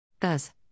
Thus